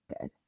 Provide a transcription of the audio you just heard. good